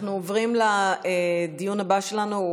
אנחנו עוברים לדיון הבא שלנו,